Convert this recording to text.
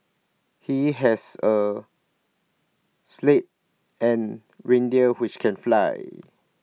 he has A sleigh and reindeer which can fly